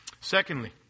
secondly